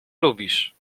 lubisz